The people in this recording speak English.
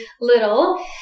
little